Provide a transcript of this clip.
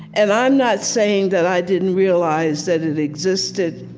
and i'm not saying that i didn't realize that it existed,